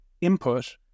input